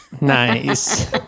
Nice